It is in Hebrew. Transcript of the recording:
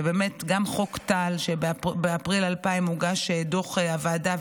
וגם חוק טל: באפריל 2000 הוגש דוח הוועדה,